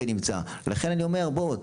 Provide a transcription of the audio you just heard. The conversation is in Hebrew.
ונמצא ולכן אני אומר בואו,